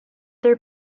their